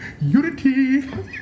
Unity